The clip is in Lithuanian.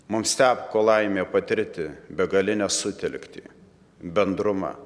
mums teko laimė patirti begalinę sutelktį bendrumą